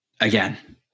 Again